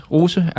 Rose